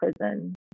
prison